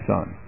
Son